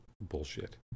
bullshit